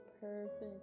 perfect